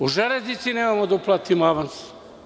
U „Železnici“ nemamo da uplatimo avans.